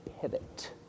pivot